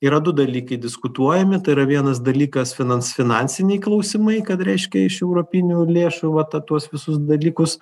yra du dalykai diskutuojami tai yra vienas dalykas finans finansiniai klausimai kad reiškia iš europinių lėšų va ta tuos visus dalykus